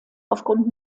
aufgrund